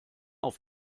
auf